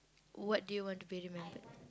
what do you want to be remembered